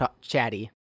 chatty